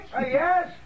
Yes